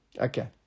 Okay